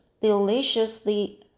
deliciously